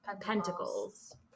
Pentacles